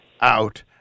out